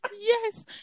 Yes